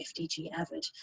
FDG-AVID